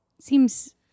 seems